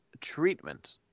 treatment